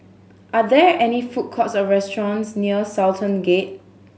are there any food courts or restaurants near Sultan Gate